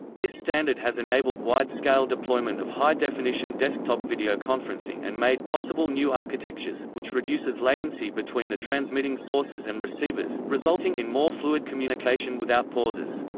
this standard has enabled wide scale deployment of high definition desktop videoconferencing and made possible new architectures, which reduces latency between the transmitting sources and receivers, resulting in more fluid communication without pauses.